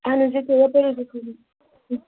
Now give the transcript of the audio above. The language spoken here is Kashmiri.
اَہَن حظ یہِ کہِ یپٲرۍ حظ اوس کھوٚتمُت